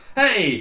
hey